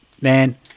man